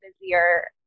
busier